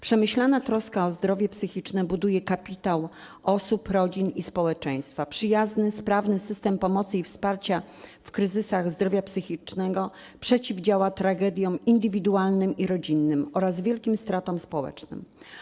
Przemyślana troska o zdrowie psychiczne buduje kapitał osób, rodzin i społeczeństwa, przyjazny, sprawny system pomocy i wsparcia w kryzysach zdrowia psychicznego przeciwdziała tragediom indywidualnym i rodzinnym oraz wielkim stratom społecznym.